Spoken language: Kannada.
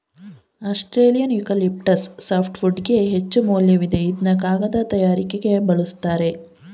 ಆಸ್ಟ್ರೇಲಿಯನ್ ಯೂಕಲಿಪ್ಟಸ್ ಸಾಫ್ಟ್ವುಡ್ಗೆ ಹೆಚ್ಚುಮೌಲ್ಯವಿದೆ ಇದ್ನ ಕಾಗದ ತಯಾರಿಕೆಗೆ ಬಲುಸ್ತರೆ